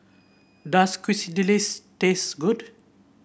does Quesadillas taste good